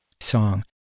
song